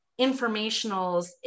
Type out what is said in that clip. informationals